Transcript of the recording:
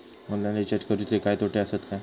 Online recharge करुचे काय तोटे आसत काय?